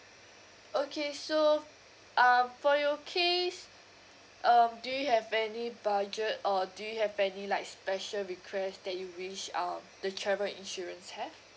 okay so um for your case um do you have any budget or do you have any like special request that you wish um the travel insurance have